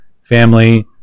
family